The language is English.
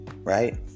Right